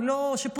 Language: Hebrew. הוא לא שיפוצניק,